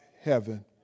heaven